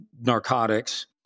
narcotics